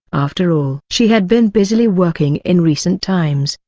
after all. she had been busily working in recent times,